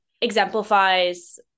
exemplifies